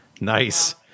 Nice